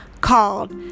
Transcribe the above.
called